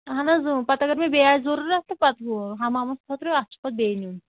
اہن حظ پَتہٕ اگر مےٚ بیٚیہِ آسہِ ضروٗرَت تہٕ پَتہٕ ہُہ ہَمامَس خٲطرٕ اَتھ چھِ پَتہٕ بیٚیہِ نیُٚن